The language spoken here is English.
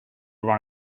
run